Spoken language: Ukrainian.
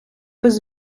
без